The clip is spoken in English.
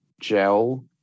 gel